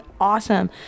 awesome